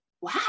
wow